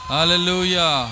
Hallelujah